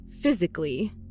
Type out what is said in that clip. physically